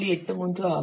83 ஆகும்